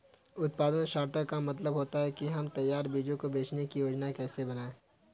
उत्पादन सॉर्टर का मतलब होता है कि हम तैयार चीजों को बेचने की योजनाएं कैसे बनाएं